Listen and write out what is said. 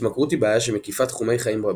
התמכרות היא בעיה שמקיפה תחומי חיים רבים.